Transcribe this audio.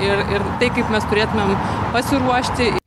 ir ir tai kaip mes turėtumėm pasiruošti